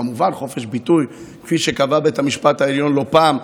כמובן חופש ביטוי כפי שקבע בית המשפט העליון לא פעם.